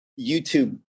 YouTube